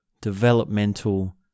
developmental